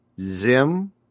Zim